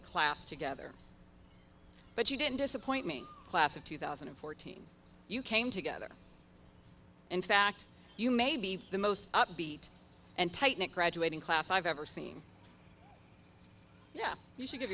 a class together but you didn't disappoint me the class of two thousand and fourteen you came together in fact you may be the most upbeat and tight knit graduating class i've ever seen yeah you should give